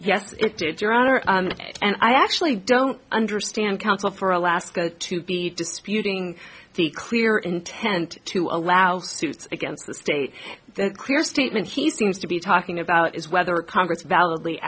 yes it did your honor and i actually don't understand counsel for alaska to be disputing the clear intent to allow suits against the state the clear statement he seems to be talking about is whether congress valid